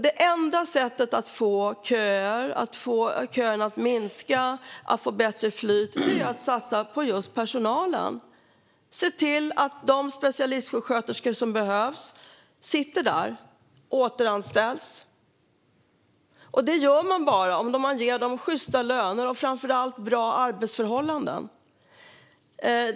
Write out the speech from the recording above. Det enda sättet att få köerna att minska och få bättre flyt är att satsa på personalen och se till att de specialistsjuksköterskor som behövs finns där och återanställs. Det är bara möjligt om man ger dem sjysta löner och framför allt bra arbetsförhållanden.